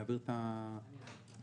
כי לא תמיד אנשים מבינים את גודל המשמעות.